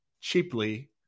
cheaply